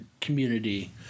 community